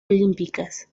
olímpicas